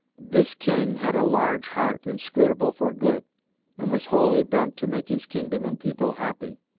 this king had a large heart, inscrutable for good and was wholly bent to make his kingdom and people happy.